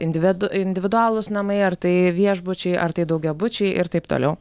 individų individualūs namai ar tai viešbučiai ar tai daugiabučiai ir taip toliau